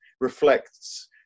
reflects